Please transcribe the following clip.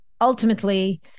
ultimately